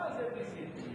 מה זאב נסים?